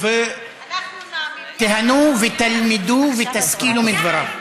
אנחנו מאמינים, תיהנו ותלמדו ותשכילו מדבריו.